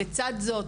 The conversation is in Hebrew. לצד זאת,